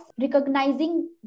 recognizing